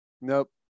Nope